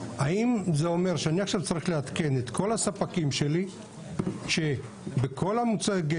האם זה אומר שאני עכשיו צריך לעדכן את כל הספקים שלי שבכל המוצרים,